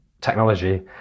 technology